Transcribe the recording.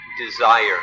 desire